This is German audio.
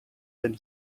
den